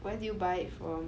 where did you buy it from